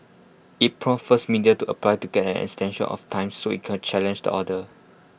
IT prompted first media to apply to get an extension of time so IT could challenge the order